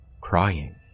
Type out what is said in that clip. crying